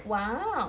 !wow!